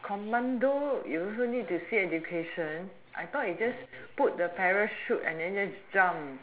commando you also need to see education I thought is jump put the parachute and just jump